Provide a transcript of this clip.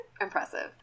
impressive